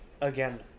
again